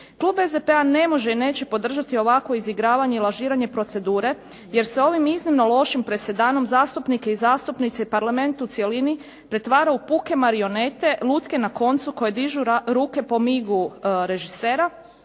Klub SDP-a ne može i neće podržati ovakvo izigravanje i lažiranje procedure jer se ovim iznimno lošim presedanom zastupnike i zastupnice, i parlament u cjelini pretvara u puke marionete, lutke na koncu koje dižu ruke po migu režisera